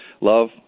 Love